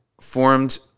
formed